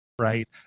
right